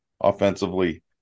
offensively